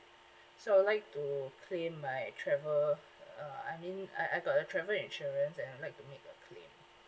so I would like to claim my travel uh I mean I I got a travel insurance and I'd like to make a claim